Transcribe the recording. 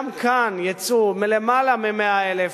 גם כאן יצאו למעלה מ-100,000,